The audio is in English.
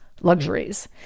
luxuries